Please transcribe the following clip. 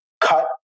cut